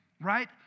right